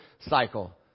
cycle